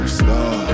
star